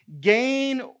gain